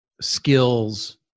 skills